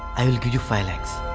i will give you five